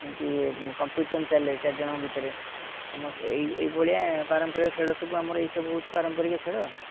ଏମିତି କମ୍ପିଟିସନ୍ ଚାଲେ ଚାରିଜଣଙ୍କ ଭିତରେ ସମସ୍ତେ ଏଇ ଏଇ ଏହିଭଳିଆ ପାରମ୍ପରିକ ଖେଳ ସବୁ ଆମର ଏହିସବୁ ହେଉଛି ପାରମ୍ପରିକ ଖେଳ